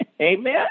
Amen